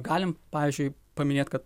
galim pavyzdžiui paminėt kad